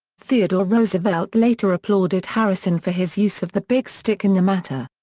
theodore roosevelt later applauded harrison for his use of the big stick in the matter.